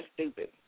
stupid